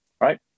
right